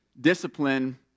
discipline